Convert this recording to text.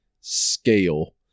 scale